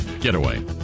getaway